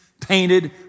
painted